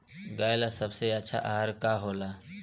गाय ला सबसे अच्छा आहार का होला?